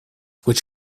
which